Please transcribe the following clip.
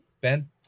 Ben